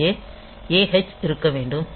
இங்கே A h இருக்க வேண்டும்